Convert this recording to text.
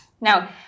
Now